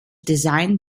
designed